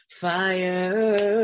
fire